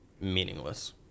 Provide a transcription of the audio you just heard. meaningless